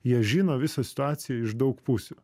jie žino visą situaciją iš daug pusių